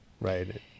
right